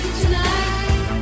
tonight